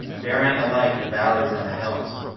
burying alike the valleys and the hills.